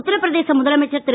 உத்தரபிரதேச முதமைச்சர் திரு